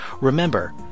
remember